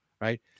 right